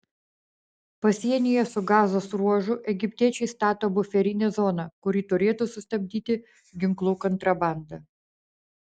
pasienyje su gazos ruožu egiptiečiai stato buferinę zoną kuri turėtų sustabdyti ginklų kontrabandą